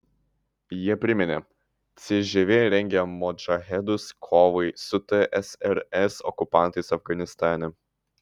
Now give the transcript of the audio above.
jie priminė cžv rengė modžahedus kovai su tsrs okupantais afganistane